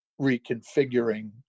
reconfiguring